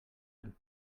him